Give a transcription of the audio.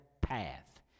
path